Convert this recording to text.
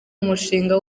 umushinga